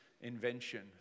invention